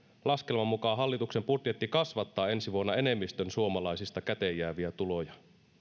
laskelman mukaan hallituksen budjetti kasvattaa ensi vuonna enemmistön suomalaisista käteenjääviä tuloja